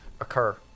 occur